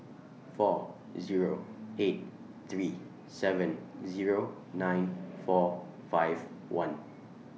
four Zero eight three seven Zero nine four five one